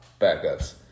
backups